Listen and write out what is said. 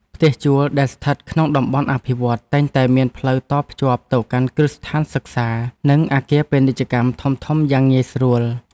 ផ្ទះជួលដែលស្ថិតក្នុងតំបន់អភិវឌ្ឍន៍តែងតែមានផ្លូវតភ្ជាប់ទៅកាន់គ្រឹះស្ថានសិក្សានិងអគារពាណិជ្ជកម្មធំៗយ៉ាងងាយស្រួល។